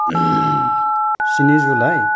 स्नि जुलाइ